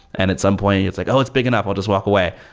and at some point, it's like, oh, it's big enough. i'll just walk away.